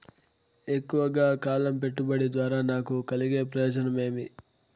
ఎక్కువగా కాలం పెట్టుబడి ద్వారా నాకు కలిగే ప్రయోజనం ఏమి?